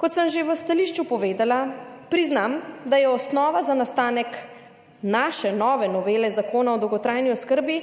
Kot sem že v stališču povedala priznam, da je osnova za nastanek naše nove novele Zakona o dolgotrajni oskrbi